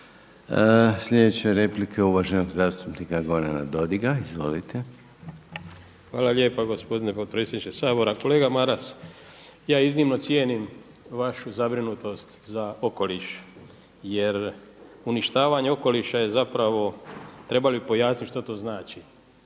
Sljedeća replika je uvaženog zastupnika Gorana Dodiga. Izvolite. **Dodig, Goran (HDS)** Hvala lijepa gospodine potpredsjedniče Sabora. Kolega Maras, ja iznimno cijenim vašu zabrinutost za okoliš jer uništavanje okoliša je zapravo, treba li pojasniti što to znači?